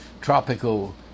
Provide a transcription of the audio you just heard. tropical